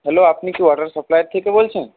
hello আপনি কি water supplier থেকে বলছেন